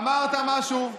אמרת משהו?